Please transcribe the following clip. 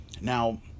Now